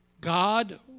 God